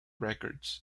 records